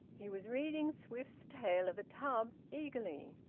he was reading swift's tale of a tub eagerly,